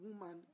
woman